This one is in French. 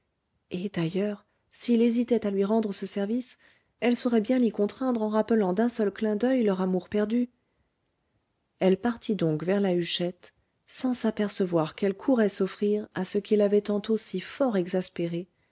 et d'ailleurs s'il hésitait à lui rendre ce service elle saurait bien l'y contraindre en rappelant d'un seul clin d'oeil leur amour perdu elle partit donc vers la huchette sans s'apercevoir qu'elle courait s'offrir à ce qui l'avait tantôt si fort exaspérée